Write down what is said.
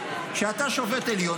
כשאתה שופט עליון,